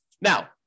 now